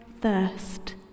thirst